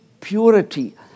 purity